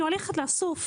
אני הולכת לסוף,